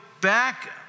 back